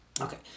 Okay